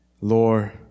Lord